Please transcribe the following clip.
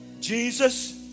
Jesus